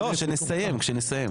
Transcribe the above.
לא, כשנסיים.